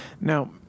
Now